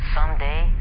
Someday